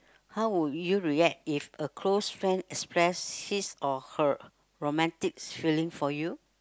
how would you react if a close friend express his or her romantic feeling for you